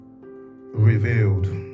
revealed